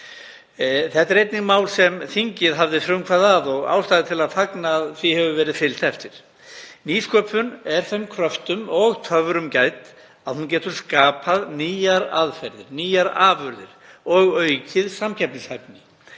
Þetta er einnig mál sem þingið hafði frumkvæði að og er ástæða til að fagna að því hafi verið fylgt eftir. Nýsköpun er þeim kröftum og töfrum gædd að hún getur skapað nýjar aðferðir, nýjar afurðir og aukið samkeppnishæfni.